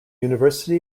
university